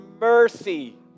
mercy